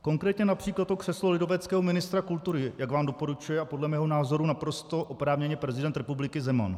Konkrétně například křeslo lidoveckého ministra kultury, jak vám doporučuje, a podle mého názoru naprosto oprávněně, prezident republiky Zeman.